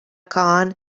kahn